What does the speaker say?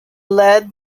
led